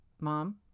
Mom